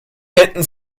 hätten